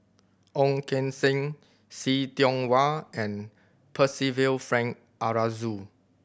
Ong Keng Sen See Tiong Wah and Percival Frank Aroozoo